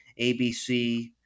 ABC